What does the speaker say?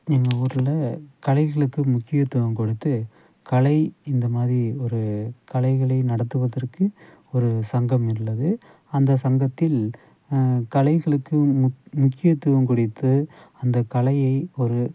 எங்கள் ஊரில் கலைகளுக்கு முக்கியத்துவம் கொடுத்து கலை இந்த மாதிரி ஒரு கலைகளை நடத்துவதற்கு ஒரு சங்கம் உள்ளது அந்த சங்கத்தில் கலைகளுக்கு முக் முக்கியத்துவம் குறித்து அந்த கலையை ஒரு